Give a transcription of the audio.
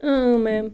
ma'am